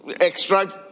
extract